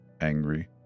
angry